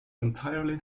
entirely